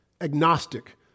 agnostic